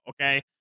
okay